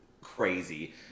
crazy